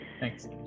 thanks